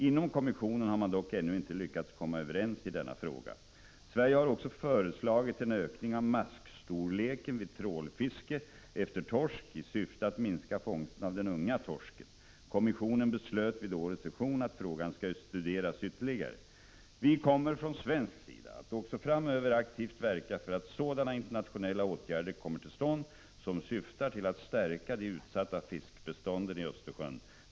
Inom kommissionen har man dock ännu inte lyckats komma överens i denna fråga. Sverige har också föreslagit en ökning av maskstorleken vid trålfiske efter torsk i syfte att minska fångsterna av den unga torsken. Kommissionen beslöt vid årets session att frågan skall studeras ytterligare. Vi kommer från svensk sida att också framöver aktivt verka för att sådana internationella åtgärder kommer till stånd som syftar till att stärka de utsatta fiskbestånden i Östersjön.